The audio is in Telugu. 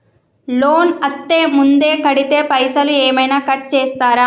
లోన్ అత్తే ముందే కడితే పైసలు ఏమైనా కట్ చేస్తరా?